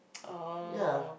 oh